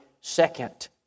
second